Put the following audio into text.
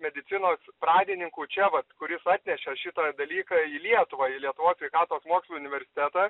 medicinos pradininkų čia vat kuris atnešė šitą dalyką į lietuvą į lietuvos sveikatos mokslų universitetą